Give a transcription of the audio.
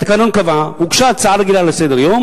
התקנון קבע: הוגשה הצעה רגילה לסדר-היום,